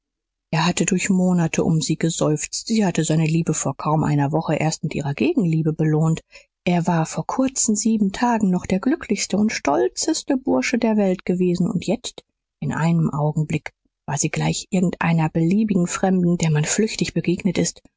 er hatte durch monate um sie geseufzt sie hatte seine liebe vor kaum einer woche erst mit ihrer gegenliebe belohnt er war vor kurzen sieben tagen noch der glücklichste und stolzeste bursche der welt gewesen und jetzt in einem augenblick war sie gleich irgend einer beliebigen fremden der man flüchtig begegnet ist